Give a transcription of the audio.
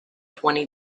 twenty